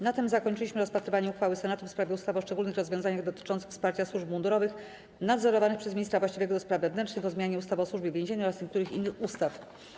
Na tym zakończyliśmy rozpatrywanie uchwały Senatu w sprawie ustawy o szczególnych rozwiązaniach dotyczących wsparcia służb mundurowych nadzorowanych przez ministra właściwego do spraw wewnętrznych, o zmianie ustawy o Służbie Więziennej oraz niektórych innych ustaw.